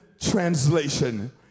Translation